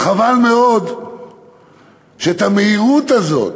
חבל מאוד שאת המהירות הזאת,